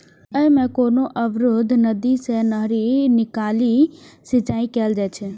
अय मे कोनो अवरुद्ध नदी सं नहरि निकालि सिंचाइ कैल जाइ छै